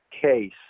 Case